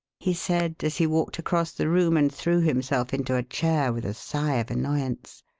he said, as he walked across the room and threw himself into a chair with a sigh of annoyance.